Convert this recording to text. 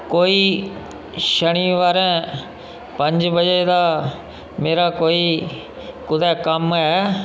कोई शनिबारै पंज बजे दा मेरा कोई कुतै कम्म है